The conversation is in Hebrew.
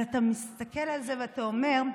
אבל אתה מסתכל על זה ואתה אומר,